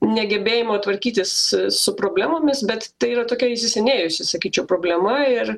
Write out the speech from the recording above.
negebėjimo tvarkytis su problemomis bet tai yra tokia įsisenėjusi sakyčiau problema ir